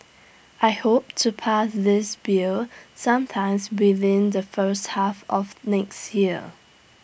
I hope to pass this bill sometimes within the first half of next year